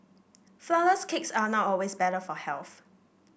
flourless cakes are not always better for health